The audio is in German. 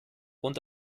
und